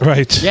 Right